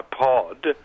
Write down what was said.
pod